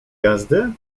jazdy